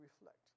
reflect